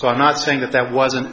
so i'm not saying that that wasn't